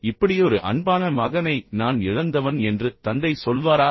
இப்படியொரு அன்பான மகனை நான் இழந்தவன் என்று தந்தை சொல்வாரா